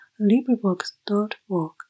LibriVox.org